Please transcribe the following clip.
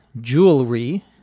Jewelry